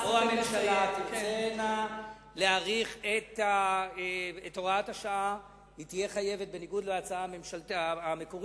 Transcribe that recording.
או אם הממשלה תרצה להאריך את הוראת השעה בניגוד להצעה המקורית,